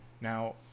now